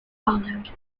followed